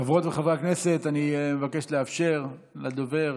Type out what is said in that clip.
חברות וחברי הכנסת, אני מבקש לאפשר לדובר